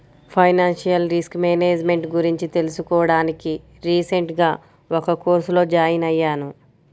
financial risk management గురించి తెలుసుకోడానికి recent గా ఒక కోర్సులో జాయిన్ అయ్యాను